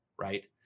right